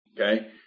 Okay